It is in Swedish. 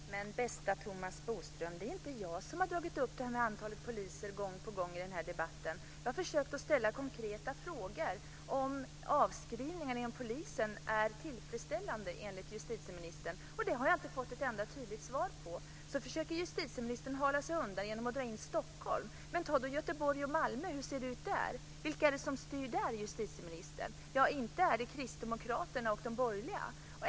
Fru talman! Men bästa Thomas Bodström! Det är inte jag som har dragit upp det här med antalet poliser gång på gång i den här debatten. Jag har försökt ställa konkreta frågor om huruvida avskrivningarna inom polisen är tillfredsställande, enligt justitieministern, och dem har jag inte fått ett enda tydligt svar på. Justitieministern försöker slingra sig undan genom att dra in Stockholm. Men ta då Göteborg och Malmö och se hur det ser ut där! Vilka är det som styr där, justitieministern? Ja, inte är det Kristdemokraterna och de borgerliga.